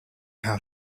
how